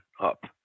up